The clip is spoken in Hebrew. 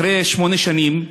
אחרי שמונה שנים,